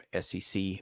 SEC